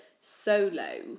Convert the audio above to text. solo